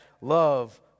love